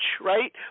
right